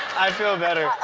i feel better.